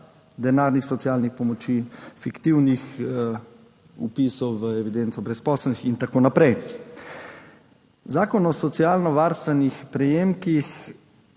denarnih socialnih pomoči, fiktivnih vpisov v evidenco brezposelnih in tako naprej. Zakon o socialno varstvenih prejemkih